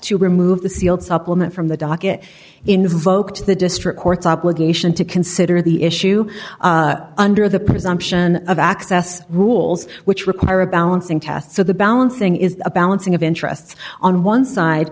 to remove the sealed supplement from the docket invoked the district court's obligation to consider the issue under the presumption of access rules which require a balancing test so the balancing is a balancing of interests on one side